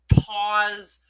pause